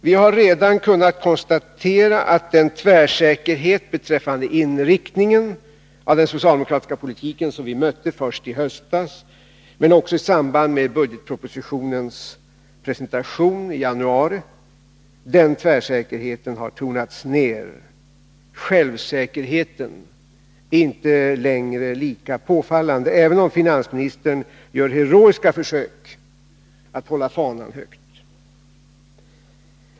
Vi har redan kunnat konstatera att den tvärsäkerhet beträffande inriktningen av den socialdemokratiska politiken, som vi mötte först i höstas men också i samband med budgetpropositionens presentation i januari, har tonats ner. Självsäkerheten är inte längre lika påfallande, även om finansministern gör heroiska försök att hålla fanan högt.